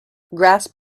grasp